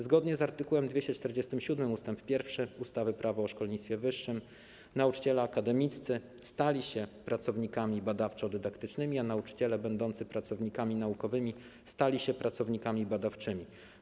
Zgodnie z art. 247 ust. 1 ustawy - Prawo o szkolnictwie wyższym nauczyciele akademiccy stali się pracownikami badawczo-dydaktycznymi, a nauczyciele będący pracownikami naukowymi stali się pracownikami badawczymi.